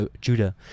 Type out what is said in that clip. Judah